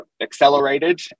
accelerated